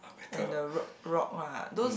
and the r~ rock ah those